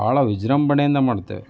ಬಹಳ ವಿಜೃಂಭಣೆಯಿಂದ ಮಾಡುತ್ತೇವೆ